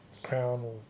Crown